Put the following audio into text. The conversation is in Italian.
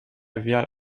via